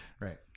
Right